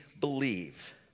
believe